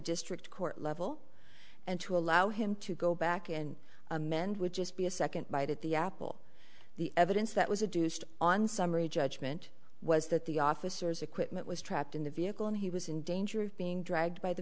district court level and to allow him to go back and amend would just be a second bite at the apple the evidence that was a deuced on summary judgment was that the officers equipment was trapped in the vehicle and he was in danger of being dragged by the